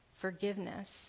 forgiveness